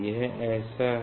यह ऐसा है